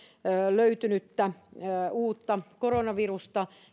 löytynyttä uutta koronavirusta